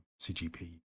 cgp